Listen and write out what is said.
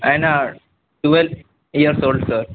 ఆయనా twelve years old sir